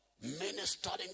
ministering